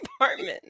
apartment